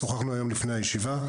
באמת אכן שוחחנו היום לפני הישיבה.